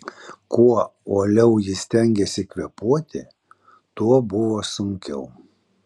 kuo uoliau ji stengėsi kvėpuoti tuo buvo sunkiau